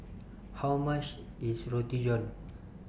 How much IS Roti John